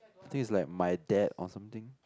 I think it's like my dad or something